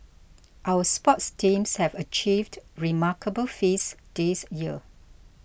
our sports teams have achieved remarkable feats this year